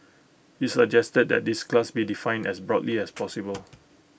he suggested that this class be defined as broadly as possible